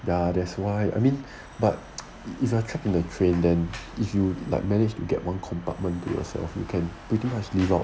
ya that's why I mean but if you are trapped in the train then if you like manage to get one compartment to yourself you can pretty much live out